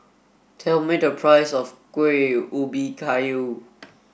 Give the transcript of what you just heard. tell me the price of Kueh Ubi Kayu